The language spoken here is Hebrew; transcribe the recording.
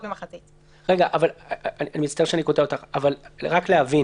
אני מצטער שאני קוטע אותך, אבל רק להבין.